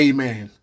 Amen